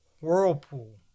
whirlpool